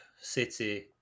City